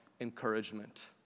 encouragement